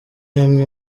hamwe